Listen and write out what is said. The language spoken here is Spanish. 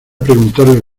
preguntarle